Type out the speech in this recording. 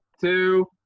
two